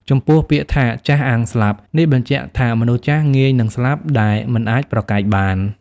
ចំពោះពាក្យថា"ចាស់អាងស្លាប់" នេះបញ្ជាក់ថាមនុស្សចាស់ងាយនិងស្លាប់ដែលមិនអាចប្រកែកបាន។